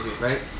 right